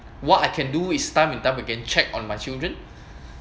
what I can do is time and time again check on my children